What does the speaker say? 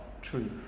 truth